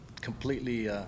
completely